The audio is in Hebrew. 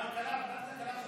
ועדת הכלכלה.